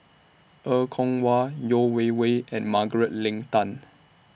Er Kwong Wah Yeo Wei Wei and Margaret Leng Tan